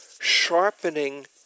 sharpening